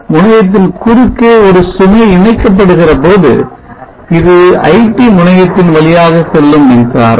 முனையத்தின் குறுக்கே ஒரு சுமை இணைக்கப்படுகிறபோது இது iT முனையத்தின் வழியாக செல்லும் மின்சாரம்